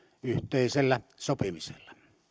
yhteisellä sopimisella